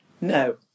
No